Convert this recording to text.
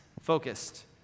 focused